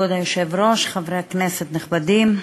כבוד היושב-ראש, חברי כנסת נכבדים,